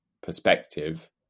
perspective